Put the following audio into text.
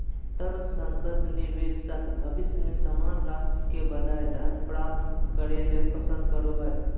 तर्कसंगत निवेशक भविष्य में समान राशि के बजाय धन प्राप्त करे ल पसंद करो हइ